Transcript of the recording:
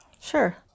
Sure